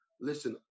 Listen